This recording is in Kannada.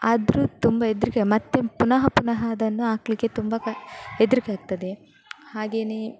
ಆದರೂ ತುಂಬ ಹೆದರಿಕೆ ಮತ್ತೆ ಪುನಃ ಪುನಃ ಅದನ್ನು ಹಾಕಲಿಕ್ಕೆ ತುಂಬ ಕ ಹೆದರಿಕೆ ಆಗ್ತದೆ ಹಾಗೆಯೇ